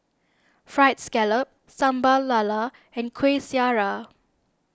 Fried Scallop Sambal Lala and Kuih Syara